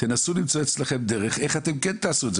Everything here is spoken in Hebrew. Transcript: נסו למצוא דרך איך לעשות את זה,